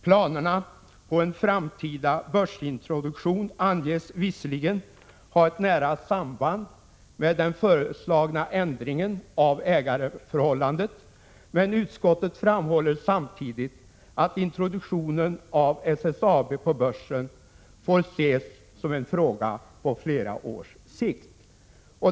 Planerna på en framtida börsintroduktion anges visserligen ha ett nära samband med den föreslagna ändringen av ägarförhållandena, men utskottet framhåller samtidigt att introduktionen av SSAB på börsen får ses som en fråga på flera års sikt.